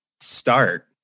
start